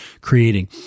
creating